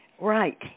right